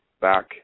back